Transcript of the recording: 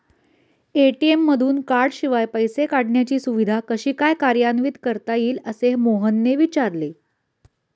ATM मधून कार्डशिवाय पैसे काढण्याची सुविधा कशी काय कार्यान्वित करता येईल, असे मोहनने विचारले